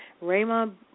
Raymond